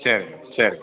சரிங்க சரிங்க